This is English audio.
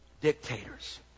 dictators